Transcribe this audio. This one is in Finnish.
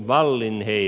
wallin ei